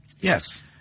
yes